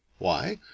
why?